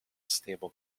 stable